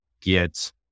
get